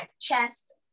chest